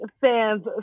fans